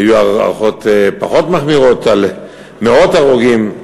היו הערכות פחות מחמירות, על מאות הרוגים.